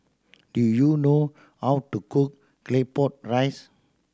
do you know how to cook Claypot Rice